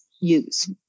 use